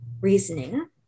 reasoning